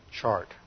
chart